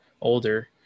older